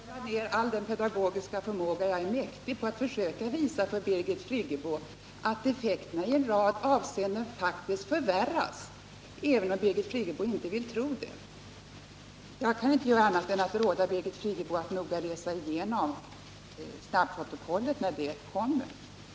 Herr talman! Jag beklagar, men jag lade ned all den pedagogiska förmåga jag är mäktig på att försöka visa för Birgit Friggebo att effekterna i en rad avseenden faktiskt förvärras, även om Birgit Friggebo inte vill tro det. Jag kan inte annat än råda Birgit Friggebo att läsa igenom snabbprotokollet, när det kommer.